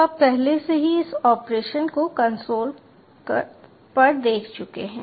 तो आप पहले से ही इस ऑपरेशन को कंसोल पर देख चुके हैं